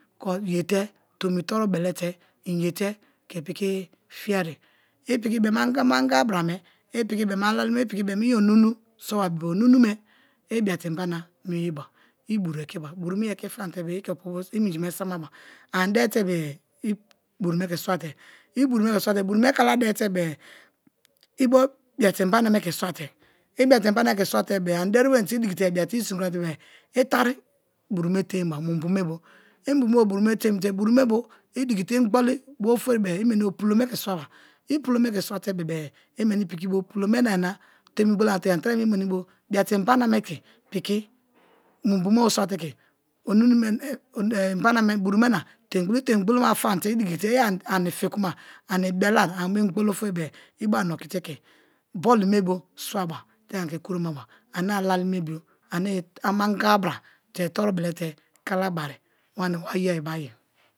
ye te tomi toru belete i yete ke piki fiere i piki be-em amangaga bra me i piki be-em alali me bo i onunu so ba bebe-e onunu me i bia te inbana mie yeba, i buru ekiba, buru me i eki famate-e i opobo i minji me samaba ani deri te be-e i buru me ke swate i buru me ke swate buru me kala deri te be-e i bo biate inbana me ke swa te ani deri wenii te idiki te ani biate i sin kromate be-e i tari buru me temiba mubu me bo i mubu me bo buru me temite buru me bo i dikite ingbo bari ofori bee i meni bo pulo me ke swaba, i pulo me ke swato be-e i meni piki bo pulo me na ani na temi gholomu tereme, ani tereme i meni bo bia te inbana me ke piki mubu me bo swa te ke buru me na temi gbolonia ba, i temi gboloma famate i dikite i ani fi kuma ani belai ani bo ingboli ofori be-e i bo ani okite ke boli me bo swaba te anike kuro ma ba ane alali me bio ane amangaga bra te toru bele te kalabari wani wa ye be ayi.